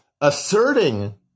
asserting